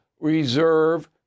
reserve